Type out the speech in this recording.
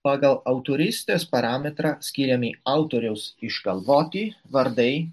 pagal autorystės parametrą skiriami autoriaus išgalvoti vardai